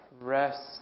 rest